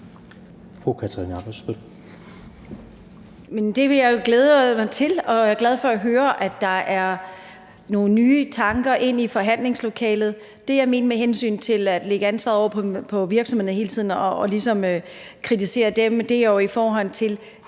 det vil jeg glæde mig til, og jeg er glad for at høre, at der er nogle nye tanker i forhandlingslokalet. Det, jeg mente med hensyn til at lægge ansvaret over på virksomhederne hele tiden og ligesom kritisere dem, handler om det